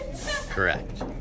Correct